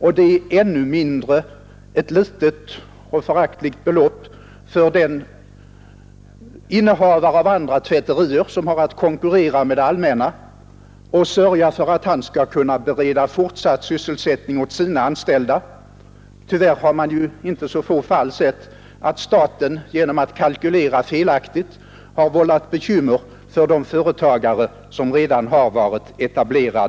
Och ännu mindre är det ett litet och föraktligt belopp för innehavarna av andra tvätterier som har att konkurrera med det allmänna och sörja för att bereda fortsatt sysselsättning för sina anställda. Tyvärr har vi i inte så få fall sett att staten genom att kalkylera fel har vållat bekymmer för redan etablerade